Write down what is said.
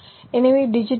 எனவே digital we